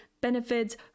benefits